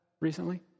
recently